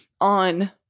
on